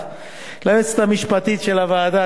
ליועצת המשפטית של הוועדה,